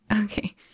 Okay